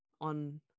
on